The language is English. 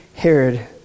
herod